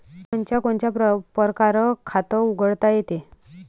कोनच्या कोनच्या परकारं खात उघडता येते?